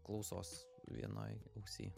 klausos vienoj ausy